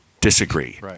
disagree